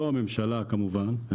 לא הממשלה כמובן,